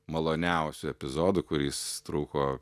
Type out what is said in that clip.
maloniausių epizodų kuris truko